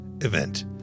event